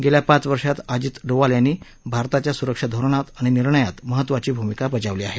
गेल्या पाच वर्षात अजित डोवाल यांनी भारताच्या सुरक्षा धोरणात आणि निर्णयात महत्वाची भूमिका बजावली आहे